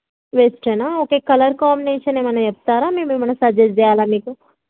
వెస్ట్రనా okay colour combination ఏమైనా చెప్తారా మేము ఏమైనా సజెస్ట్ చేయాలా మీకు